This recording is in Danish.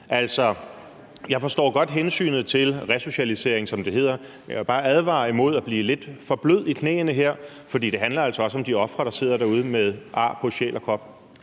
jeg forstår godt hensynet til resocialisering, som det hedder. Jeg vil bare advare mod at blive lidt for blød i knæene her, for det handler altså også om de ofre, der sidder derude med ar på sjæl og krop.